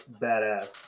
badass